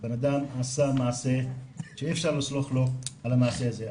הבן אדם עשה מעשה שאי אפשר לסלוח לו על המעשה הזה.